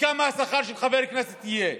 כמה השכר של חבר כנסת יהיה?